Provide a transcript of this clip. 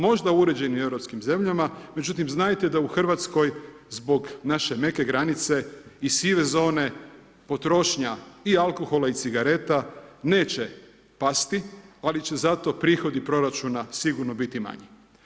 Možda u uređenim europskim zemljama međutim, znajte da u Hrvatskoj zbog naše neke granice i sive zone, potrošnja i alkohola i cigareta neće pasti ali će zato prihodi proračuna sigurno biti manji.